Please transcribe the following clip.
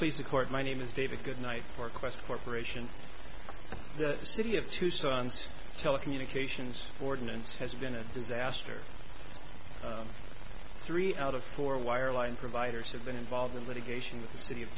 please the court my name is david goodnight for quest corp the city of tucson says telecommunications ordinance has been a disaster three out of four wire line providers have been involved in litigation with the city of